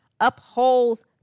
upholds